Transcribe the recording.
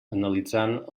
analitzant